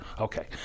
Okay